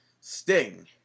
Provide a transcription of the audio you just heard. Sting